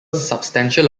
substantial